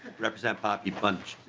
representative hoppe punched